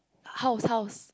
House House